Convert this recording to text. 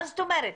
מה זאת אומרת?